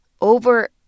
over-